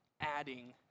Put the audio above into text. adding